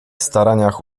staraniach